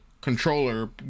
controller